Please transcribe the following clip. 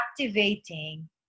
activating